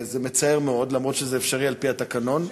זה מצער מאוד, אף שזה אפשרי על-פי התקנון,